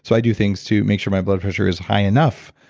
so i do things to make sure my blood pressure is high enough,